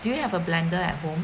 do you have a blender at home